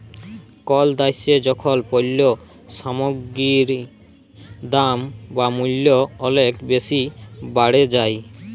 call দ্যাশে যখল পল্য সামগ্গির দাম বা মূল্য অলেক বেসি বাড়ে যায়